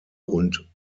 und